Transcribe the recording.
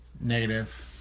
Negative